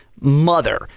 mother